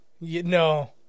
No